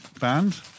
band